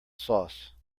sauce